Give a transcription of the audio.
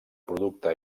producte